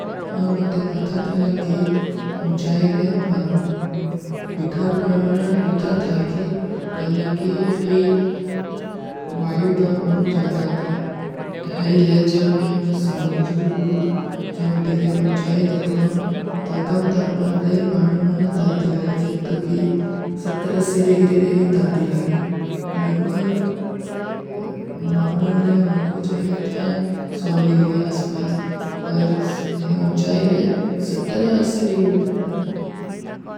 ହମ ଅତେ ପତା ଥିଲା କୀ ଉଚାଈ ରହେ ପାନୀ ଇତାର କାରଣ ଇତା ଥାଈ କୀ କଲେ କୀ ଯେଠୀ ଵାଯୂ ଦାପ ବହୁତ ଜ୍ଯାଦା ଥାଈ। ହୈଲେ, ଜବ ଯହାଂ ମେଂ ସମୋଜର ହୂଁ, ଜବ ତୀକେ ଉଚାଈ ରହତା ହୂଂ, ତୋ କମ ତାପ ମାଂ ରହୀ ପାନୀ ମାଂନେ ତାତୀ ଲାଗେ, ଜନ୍ତୋଂ କୀ ସତ୍ତର ଅସୀ ଡେଗ୍ରୀ ରହୀ ତାତୀ ଲାଗେ। ଲଗବଗ ନର୍ମଲ ନେ ହମାଂକୋ ଚାହିଏ ଥା, ସୌଡୀଗ୍ରୀ ଆସପାସ, ପର ହୈଂ ଉଚାଈ ରହେ ସତ୍ତର ଯାସୀ ଡ ଲଗବଗ।